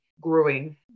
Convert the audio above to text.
growing